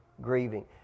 grieving